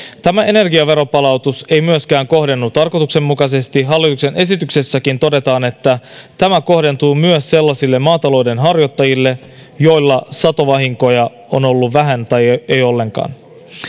tämä energiaveropalautus ei myöskään kohdennu tarkoituksenmukaisesti hallituksen esityksessäkin todetaan että tämä kohdentuu myös sellaisille maatalouden harjoittajille joilla satovahinkoja on ollut vähän tai ei ollenkaan